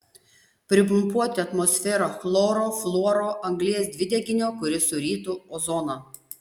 pripumpuoti atmosferą chloro fluoro anglies dvideginio kuris surytų ozoną